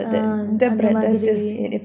ah அந்த மாதிரி:antha maathiri